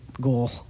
goal